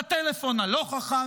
לטלפון הלא-החכם,